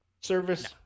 service